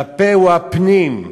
והפה הוא הפנים.